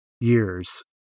years